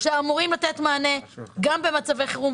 שאמורים לתת מענה גם במצבי חירום,